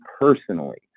personally